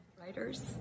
Writers